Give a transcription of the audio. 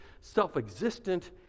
self-existent